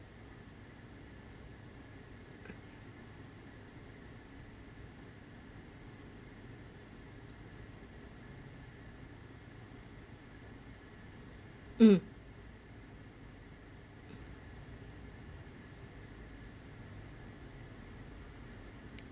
um